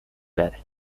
بره